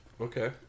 Okay